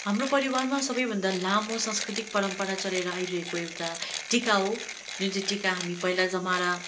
हाम्रो परिवारमा सबैभन्दा लामो सांस्कृतिक परम्परा चलेर आइरहेको एउटा टिका हो जुन चाहिँ टिका पहिला हामी जमारा